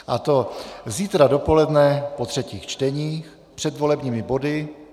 A to zítra dopoledne po třetích čteních před volebními body.